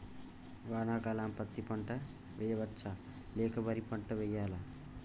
వానాకాలం పత్తి పంట వేయవచ్చ లేక వరి పంట వేయాలా?